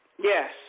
Yes